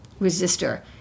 resistor